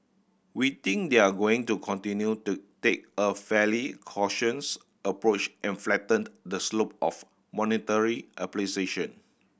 we think they're going to continue to take a fairly cautions approach and flatten the slope of monetary